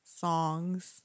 songs